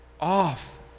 off